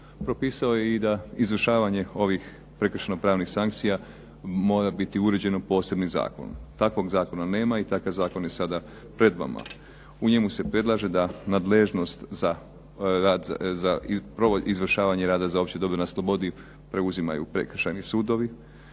Propisao je i da izvršavanje ovih prekršajno-pravnih sankcija mora biti uređeno posebnim zakonom. Takvog zakona nema i takav zakon je sada pred vama. U njemu se predlaže da nadležnost za izvršavanje rada za opće dobro na slobodi preuzimaju prekršajni sudovi